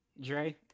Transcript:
Dre